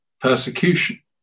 persecution